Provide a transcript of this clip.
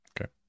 Okay